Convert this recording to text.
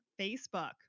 Facebook